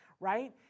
Right